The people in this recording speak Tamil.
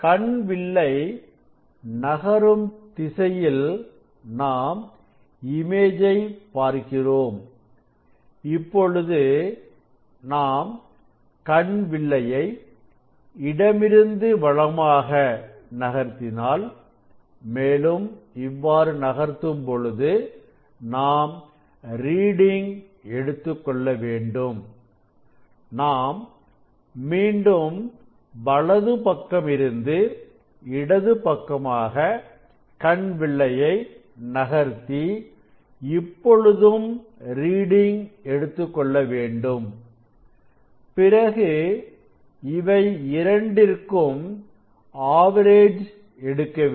கண் வில்லை நகரும் திசை திசையில் நாம் இமேஜை பார்க்கிறோம் இப்பொழுது நாம் கண் வில்லையை இடமிருந்து வலமாக நகர்த்தினாள் மேலும் இவ்வாறு நகர்த்தும் பொழுது நாம் ரீடிங் எடுத்துக்கொள்ள வேண்டும் நாம் மீண்டும் வலது பக்கம் இருந்து இடது பக்கமாக கண் வில்லையை நகர்த்தி இப்பொழுதும் ரீடிங் எடுத்துக்கொள்ள வேண்டும் பிறகு இவை இரண்டிற்கும் ஆவரேஜ் எடுக்க வேண்டும்